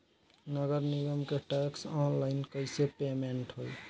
नगर निगम के टैक्स ऑनलाइन कईसे पेमेंट होई?